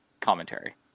commentary